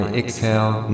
exhale